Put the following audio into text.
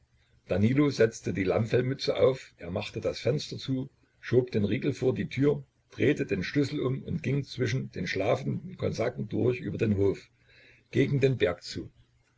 danilo setzte die lammfellmütze auf er machte das fenster zu schob den riegel vor die tür drehte den schlüssel um und ging zwischen den schlafenden kosaken durch über den hof gegen den berg zu